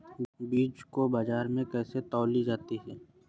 बीज को बाजार में कैसे तौली जाती है?